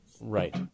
Right